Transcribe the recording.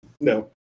No